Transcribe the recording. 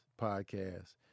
podcast